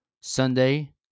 Sunday